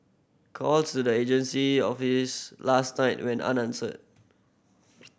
calls to the agency office last night went unanswered